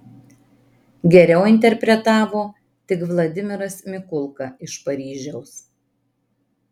geriau interpretavo tik vladimiras mikulka iš paryžiaus